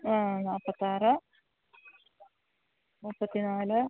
നാൽപ്പത്തി ആറ് മുപ്പത്തി നാല്